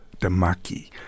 Damaki